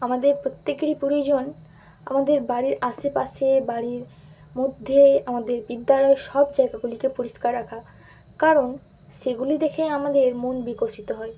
আমাদের প্রত্যেকেরই প্রয়োজন আমাদের বাড়ির আশেপাশে বাড়ির মধ্যে আমাদের বিদ্যালয় সব জায়গাগুলিকে পরিষ্কার রাখা কারণ সেগুলি দেখেই আমাদের মন বিকশিত হয়